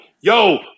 yo